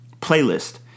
playlist